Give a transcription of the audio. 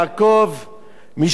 משכנֹתיך ישראל".